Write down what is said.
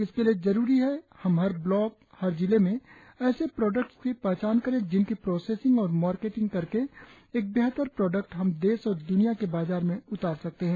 इसके लिए जरूरी है कि हम हर ब्लॉक हर जिले में ऐसे प्रोडक्ट्स की पहचान करें जिनकी प्रोसेसिंग और मार्केटिंग करके एक बेहतर प्रोडक्ट हम देश और द्रनिया के बाज़ार में उतार सकते हैं